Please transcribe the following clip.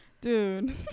dude